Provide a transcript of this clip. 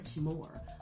more